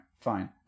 fine